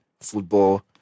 football